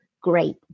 great